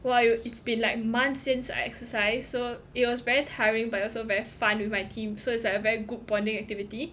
!wah! you it's been like months since I exercise so it was very tiring but also very fun with my team so it's like a very good bonding activity